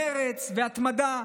מרץ והתמדה,